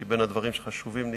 כי בין הדברים שחשובים לי,